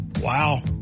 Wow